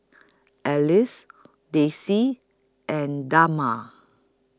Alice Dicy and Dagmar